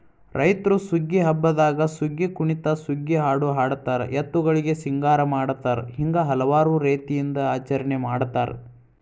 ರೈತ್ರು ಸುಗ್ಗಿ ಹಬ್ಬದಾಗ ಸುಗ್ಗಿಕುಣಿತ ಸುಗ್ಗಿಹಾಡು ಹಾಡತಾರ ಎತ್ತುಗಳಿಗೆ ಸಿಂಗಾರ ಮಾಡತಾರ ಹಿಂಗ ಹಲವಾರು ರೇತಿಯಿಂದ ಆಚರಣೆ ಮಾಡತಾರ